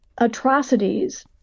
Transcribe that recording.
atrocities